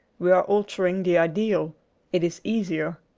we are altering the ideal it is easier.